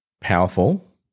powerful